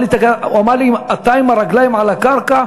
הוא אמר לי: אתה עם הרגליים על הקרקע?